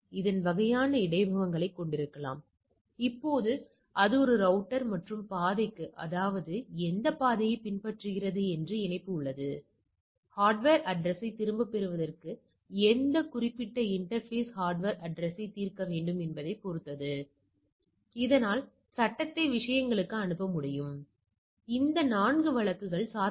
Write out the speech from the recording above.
எனவே இந்த சோதனையை நேர்வுபட்டியல் அட்டவணைக்குப் பயன்படுத்தலாம் இது இரண்டு வெவ்வேறு பரவல்களை ஒப்பிடுவதற்குப் பயன்படுத்தப்படலாம் இது எதிர்பார்க்கப்பட்ட மற்றும் பெறப்பட்டவற்றை ஒப்பிடுகையில் பயன்படுத்தலாம் மற்றும் பல